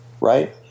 Right